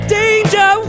danger